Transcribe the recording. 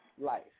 life